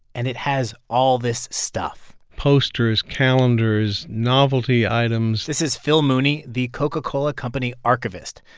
and it has all this stuff posters, calendars, novelty items. this is phil mooney, the coca-cola company archivist.